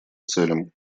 целям